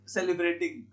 Celebrating